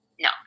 No